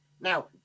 Now